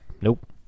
nope